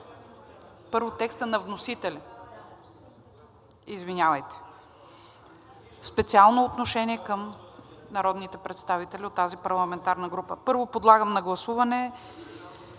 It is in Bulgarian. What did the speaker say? Първо текста на вносителя, извинявайте – специално отношение към народните представители от тази парламентарна група. Първо подлагам на гласуване